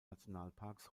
nationalparks